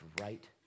right